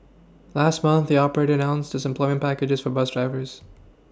last month the operator announced its employment package for bus drivers